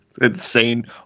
insane